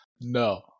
No